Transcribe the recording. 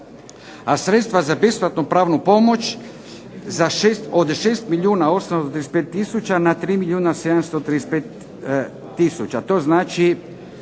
a sredstva za besplatnu pravnu pomoć od 6 milijuna 835 tisuća na 3 milijuna 735 tisuća.